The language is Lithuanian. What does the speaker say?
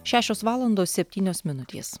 šešios valandos septynios minutės